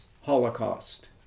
Holocaust